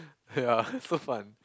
ya so fun